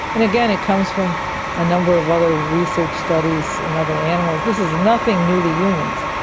and again, it comes from a number of other research studies in other animals. this is nothing new to humans.